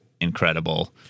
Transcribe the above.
incredible